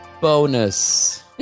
bonus